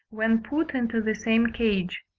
when put into the same cage.